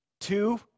Two